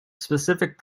specific